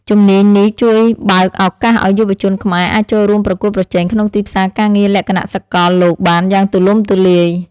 ជំនាញនេះជួយបើកឱកាសឱ្យយុវជនខ្មែរអាចចូលរួមប្រកួតប្រជែងក្នុងទីផ្សារការងារលក្ខណៈសកលលោកបានយ៉ាងទូលំទូលាយ។